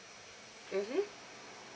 mmhmm